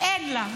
אין לה.